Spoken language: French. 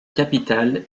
capitale